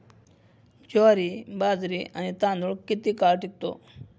ज्वारी, बाजरी आणि तांदूळ किती काळ टिकतो?